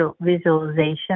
visualization